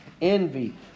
envy